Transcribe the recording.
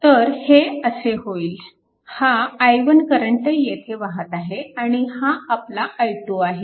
तर हे असे होईल हा i1 करंट येथे वाहत आहे आणि हा आपला i2 आहे